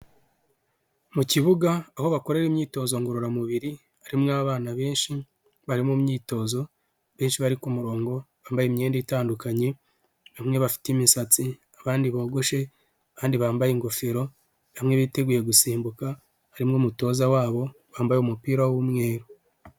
Mu kibuga aho bakorera imyitozo ngororamubiri harimowo abana benshi bari mumyitozo benshi bari murongo wambaye imyenda itandukanye hamwe bafite imisatsi abandi bogoshe kandi bambaye ingofero bamwe biteguye gusimbuka harimo numutoza wabo bambaye umupira w'umweru.